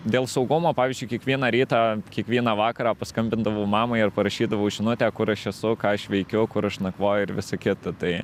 dėl saugumo pavyzdžiui kiekvieną rytą kiekvieną vakarą paskambindavau mamai ar parašydavau žinutę kur aš esu ką aš veikiu kur aš nakvoju ir visa kita tai